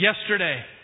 yesterday